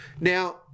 Now